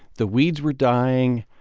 the weeds were dying,